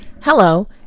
Hello